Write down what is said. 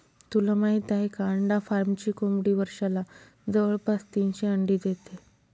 तुला माहित आहे का? अंडा फार्मची कोंबडी वर्षाला जवळपास तीनशे अंडी देते